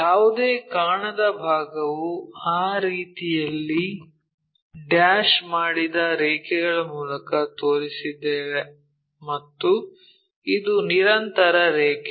ಯಾವುದೇ ಕಾಣದ ಭಾಗವು ಆ ರೀತಿಯಲ್ಲಿ ಡ್ಯಾಶ್ ಮಾಡಿದ ರೇಖೆಗಳ ಮೂಲಕ ತೋರಿಸಿದ್ದೇವೆ ಮತ್ತು ಇದು ನಿರಂತರ ರೇಖೆ